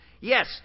Yes